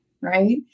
Right